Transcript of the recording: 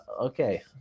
okay